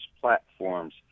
platforms